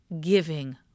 giving